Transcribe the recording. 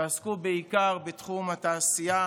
ועסקו בעיקר בתחום התעשייה,